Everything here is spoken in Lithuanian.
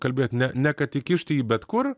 kalbėt ne ne kad įkišti jį bet kur